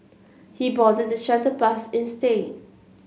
he boarded the shuttle bus instead